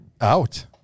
out